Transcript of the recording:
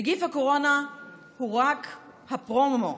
נגיף הקורונה הוא רק הפרומו,